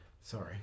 sorry